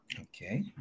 Okay